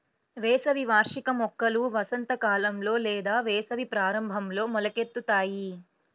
వేసవి వార్షిక మొక్కలు వసంతకాలంలో లేదా వేసవి ప్రారంభంలో మొలకెత్తుతాయి